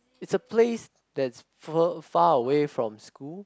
it's a place that's far away from school